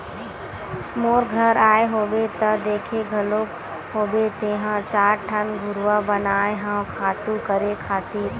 मोर घर आए होबे त देखे घलोक होबे तेंहा चार ठन घुरूवा बनाए हव खातू करे खातिर